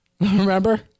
Remember